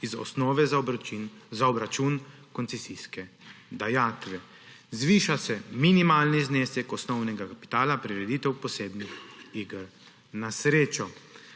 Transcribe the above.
iz osnove za obračun koncesijske dajatve; zviša se minimalni znesek osnovnega kapitala prireditev posebnih iger na srečo;